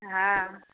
हॅं